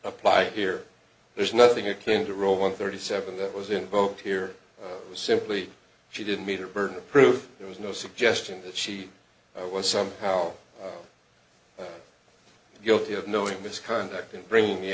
apply here there's nothing akin to row one thirty seven that was invoked here was simply she didn't meet her burden of proof there was no suggestion that she was somehow guilty of knowing misconduct in bringing the